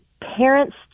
Parents